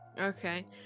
Okay